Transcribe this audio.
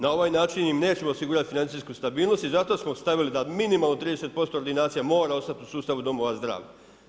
Na ovaj način im nećemo osigurati financijsku stabilnost i zato smo stavili da minimalno 30% ordinacija mora ostati u sustavu domova zdravlja.